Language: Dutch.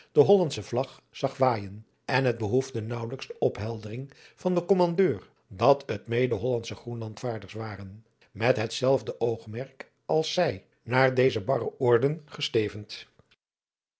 de hollandsche vlag zag waaijen en het behoefde naauwelijks de opheldering van den kommaudeur dat het mede hollandsche groenlandsvaarders waren met het zelfde oogmerk als zij naar deze barre oorden gestevend